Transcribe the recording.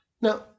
Now